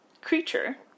creature